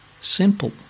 simple